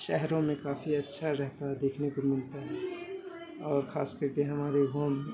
شہروں میں کافی اچھا رہتا ہے دیکھنے کو ملتا ہے اور خاص کر کے ہمارے ہوم